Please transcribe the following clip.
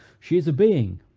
she is a being,